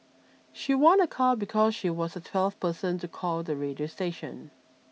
she won a car because she was the twelfth person to call the radio station